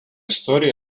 истории